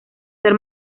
ser